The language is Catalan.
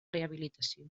rehabilitació